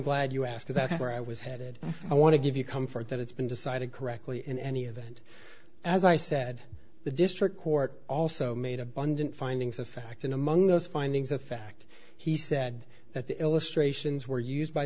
glad you asked that where i was headed i want to give you comfort that it's been decided correctly in any event as i said the district court also made abundant findings of fact and among those findings of fact he said that the illustrations were used by